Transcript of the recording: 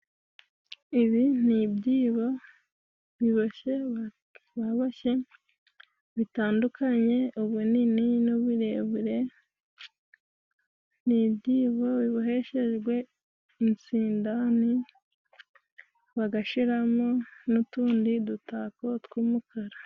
Ibi ni ibyibo biboshye, baboshye bitandukanye ubunini n'uburebure, ni ibyibo biboheshejwe insindani, bagashira mo n'utundi dutako tw'umukara.